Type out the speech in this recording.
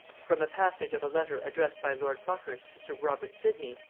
from a passage of a letter addressed by lord buckhurst to sir robert sidney,